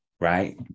right